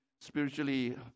spiritually